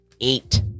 eight